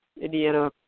Indiana